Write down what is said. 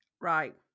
Right